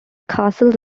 castles